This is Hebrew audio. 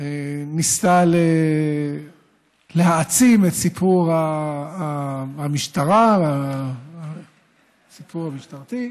ניסתה להעצים את סיפור המשטרה, הסיפור המשטרתי.